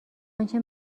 انچه